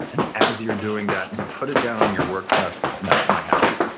and as you're doing that, and you put it down on your work desk, so that's my habit.